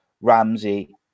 Ramsey